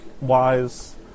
wise